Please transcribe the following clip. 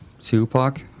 Tupac